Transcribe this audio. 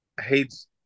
hates